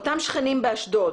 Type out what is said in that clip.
אותם שכנים באשדוד